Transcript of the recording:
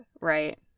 Right